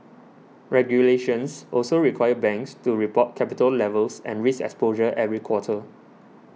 regulations also require banks to report capital levels and risk exposure every quarter